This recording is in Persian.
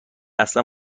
اصلا